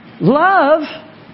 Love